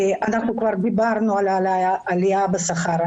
כבר דיברנו על העלאה בשכר,